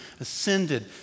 ascended